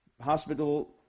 hospital